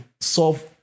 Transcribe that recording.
solve